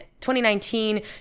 2019